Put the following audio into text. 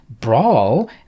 Brawl